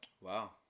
Wow